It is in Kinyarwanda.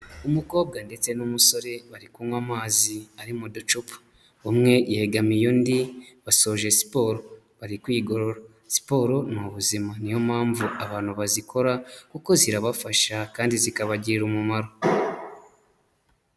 Umukobwa ndetse n'umusore bari kunywa amazi ari mu ducupa, umwe yegamiye undi basoje siporo bari kwigorora, siporo ni ubuzima niyo mpamvu abantu bazikora kuko zirabafasha kandi zikabagirira umumaro.